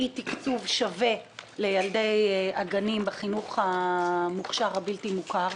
תקצוב שווה לילדי הגנים בחינוך המוכש"ר הבלתי מוכר.